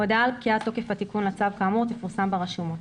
הודעה על פקיעת תוקף התיקון לצו כאמור תפורסם ברשומות.